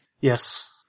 Yes